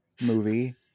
movie